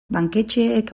banketxeek